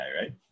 right